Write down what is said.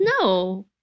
No